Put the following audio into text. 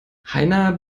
heiner